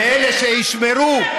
ואלה שישמרו,